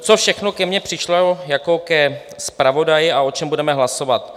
Co všechno ke mně přišlo jako ke zpravodaji a o čem budeme hlasovat.